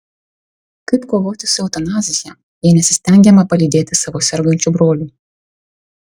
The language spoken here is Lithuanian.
kaip kovoti su eutanazija jei nesistengiama palydėti savo sergančių brolių